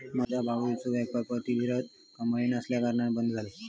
माझ्यो भावजींचो व्यापार प्रतिधरीत कमाई नसल्याकारणान बंद झालो